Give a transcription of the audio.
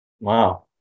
Wow